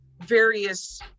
various